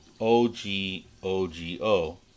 O-G-O-G-O